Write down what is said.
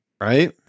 Right